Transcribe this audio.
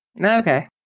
Okay